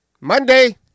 Monday-